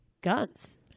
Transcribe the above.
guns